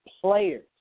players